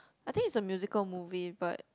I think it's a musical movie but